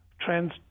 trends